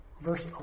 verse